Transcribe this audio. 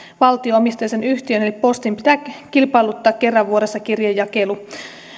valtio omisteisen yhtiön eli postin pitää kilpailuttaa kerran vuodessa kirjejakelu